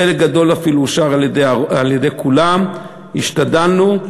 חלק גדול אפילו אושר על-ידי כולם, השתדלנו.